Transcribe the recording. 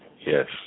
yes